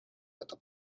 этом